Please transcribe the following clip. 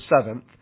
seventh